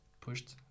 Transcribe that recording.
pushed